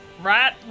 Right